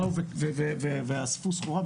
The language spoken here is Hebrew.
באו ואספו סחורה,